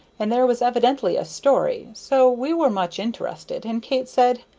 and there was evidently a story, so we were much interested, and kate said,